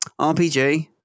rpg